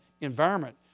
environment